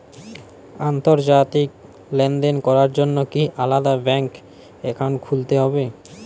আন্তর্জাতিক লেনদেন করার জন্য কি আলাদা ব্যাংক অ্যাকাউন্ট খুলতে হবে?